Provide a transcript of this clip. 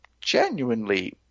genuinely